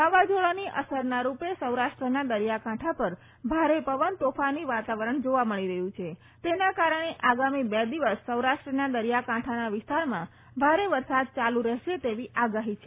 વાવાઝોડાની અસરના રૂપે સૌરાષ્ટ્રના દરિયાકાંઠા પર ભારે પવન તોફાની વાતાવરણ જોવા મળી રહ્યું છે તેના કારણે આગામી બે દિવસ સૌરાષ્ટ્રના દરિયાકાંઠાના વિસ્તારમાં ભારે વરસાદ ચાલુ રહેશે તેવી આગાહી છે